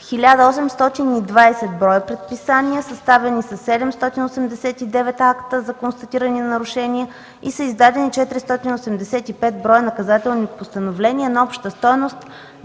са 1820 бр. предписания. Съставени са 789 акта за констатирани нарушения и са издадени 485 бр. наказателни постановления на обща стойност